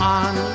on